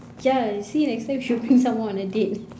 ya see next time should bring someone on a date